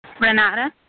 Renata